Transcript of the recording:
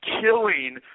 killing